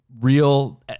real